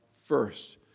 first